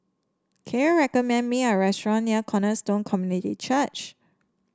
can you recommend me a restaurant near Cornerstone Community Church